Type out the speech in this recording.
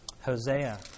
Hosea